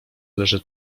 leży